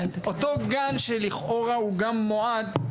אותו גל שלכאורה הוא גם מועד,